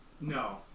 No